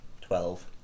Twelve